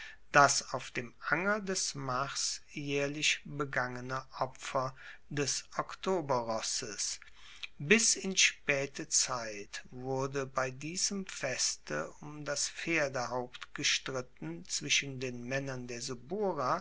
das auf dem anger des mars jaehrlich begangene opfer des oktoberrosses bis in spaete zeit wurde bei diesem feste um das pferdehaupt gestritten zwischen den maennern der